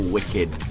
Wicked